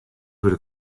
wurd